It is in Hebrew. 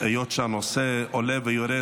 היות שהנושא עולה ויורד,